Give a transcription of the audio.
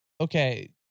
okay